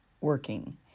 working